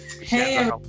Hey